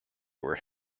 where